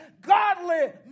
godly